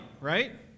right